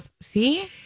See